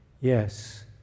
Yes